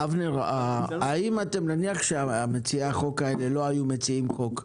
אבנר, נניח שמציעי החוק לא היו מציעים חוק,